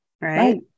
Right